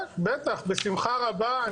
כן, בטח - בשמחה רבה.